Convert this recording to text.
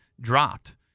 dropped